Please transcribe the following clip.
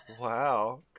wow